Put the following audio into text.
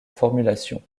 formulation